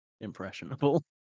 impressionable